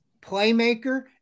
playmaker